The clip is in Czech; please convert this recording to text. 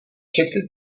četli